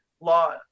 law